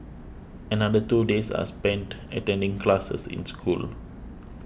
another two days are spent attending classes in school